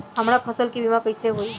हमरा फसल के बीमा कैसे होई?